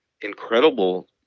incredible